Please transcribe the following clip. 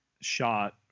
shot